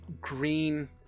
green